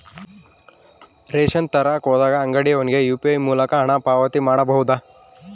Ration ತರಕ ಹೋದಾಗ ಅಂಗಡಿಯವನಿಗೆ ಯು.ಪಿ.ಐ ಮೂಲಕ ಹಣ ಪಾವತಿ ಮಾಡಬಹುದಾ?